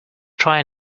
try